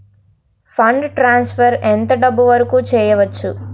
Fund transfer ఎంత డబ్బు వరుకు చేయవచ్చు?